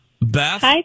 Beth